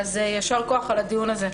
אז, ישר כוח על הדיון הזה.